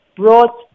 brought